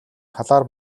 талаар